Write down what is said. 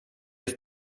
jest